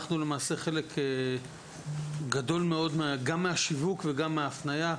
אנחנו חלק גדול מאוד גם מהשיווק וגם מההפניה,